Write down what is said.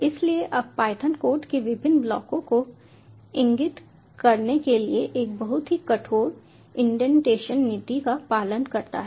इसलिए अब Python code के विभिन्न ब्लॉकों को इंगित करने के लिए एक बहुत ही कठोर इंडेंटेशन नीति का पालन करता है